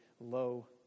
low